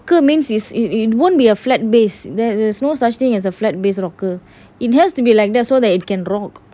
rocker means it won't be a flat base that there's no such thing as a flat based rocker it has to be like that so that it can rock